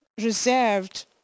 reserved